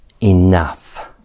enough